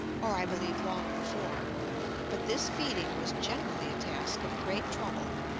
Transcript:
or i believe long before but this feeding was generally a task of great trouble,